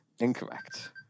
Incorrect